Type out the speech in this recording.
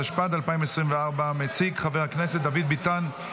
התשפ"ד 2024. מציג חבר הכנסת דוד ביטן,